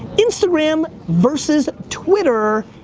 instagram versus twitter,